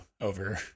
over